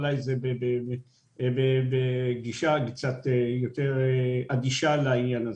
אולי זו גישה קצת יותר אדישה לעניין.